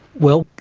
well,